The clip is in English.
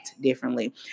differently